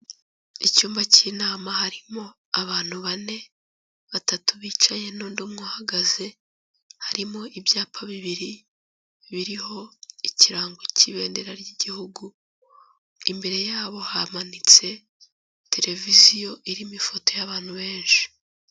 Icyumba cy'inama harimo abantu bane, batatu bicaye n'undi umwe uhagaze; harimo ibyapa bibiri biriho ikirango cy'ibendera ry'igihugu, imbere yabo hamanitse televiziyo irimo ifoto y'abantu benshi.